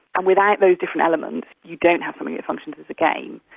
and without those different elements you don't have something that functions as a game,